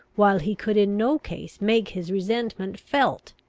while he could in no case make his resentment felt!